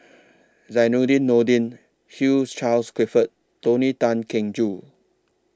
Zainudin Nordin Hugh Charles Clifford Tony Tan Keng Joo